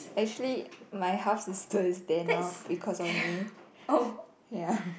actually my house is dirt than now because of me ya